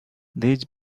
they